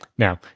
Now